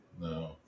No